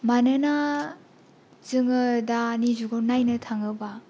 मानोना जोङो दानि जुगाव नायनो थाङोब्ला